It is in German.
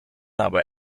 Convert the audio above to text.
aber